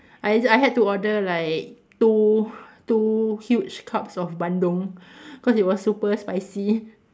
I I had to order like two two huge cups of bandung cause it was super spicy